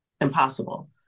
impossible